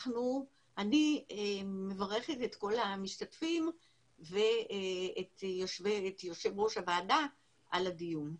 אני מברכת את כל המשתתפים ואת יושב ראש הוועדה על הדיון.